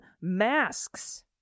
masks